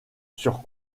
sur